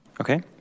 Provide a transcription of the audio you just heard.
Okay